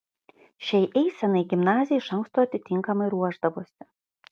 šiai eisenai gimnazija iš anksto atitinkamai ruošdavosi